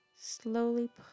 Slowly